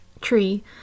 tree